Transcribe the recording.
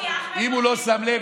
אם הוא לא שם לב,